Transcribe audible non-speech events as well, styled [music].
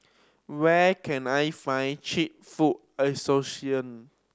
where can I find cheap food [unintelligible]